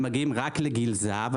הם מגיעים רק לגיל הזהב.